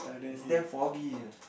is damn foggy